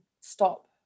stop